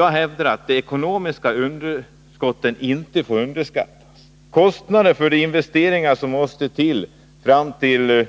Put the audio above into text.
Jag hävdar att det ekonomiska underskottet inte får underskattas. Kostnaderna för de investeringar som måste till fram till